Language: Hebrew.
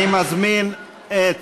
אני מזמין את